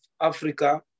Africa